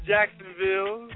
Jacksonville